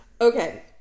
okay